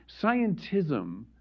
scientism